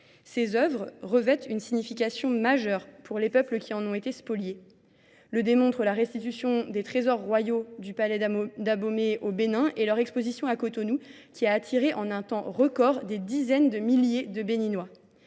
Ces œuvres revêtent une signification majeure pour les peuples qui en ont été spoliés. le démontrent la restitution des trésors royaux du palais d'Abomé au Bénin et leur exposition à Cotonou qui a attiré en un temps record des dizaines de milliers de Béninois.